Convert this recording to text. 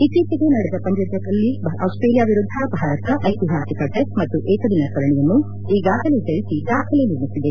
ಇತ್ತೀಚೆವೆ ನಡೆದ ಪಂದ್ಯಗಳಲ್ಲಿ ಆಸ್ಟ್ರೇಲಿಯಾ ವಿರುದ್ದ ಭಾರತ ಐತಿಹಾಸಿಕ ಟೆಸ್ಟ್ ಮತ್ತು ಏಕದಿನ ಸರಣಿಯನ್ನು ಈಗಾಗಲೇ ಜಯಿಸಿ ದಾಖಲೆ ನಿರ್ಮಿಸಿದೆ